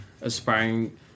aspiring